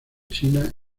china